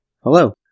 Hello